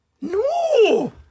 No